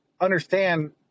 understand